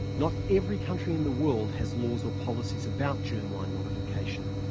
not every country in the world has laws or policies about germline modification.